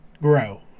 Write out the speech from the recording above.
grow